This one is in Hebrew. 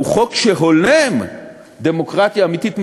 חוק שהולם דמוקרטיה אמיתית,